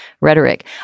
rhetoric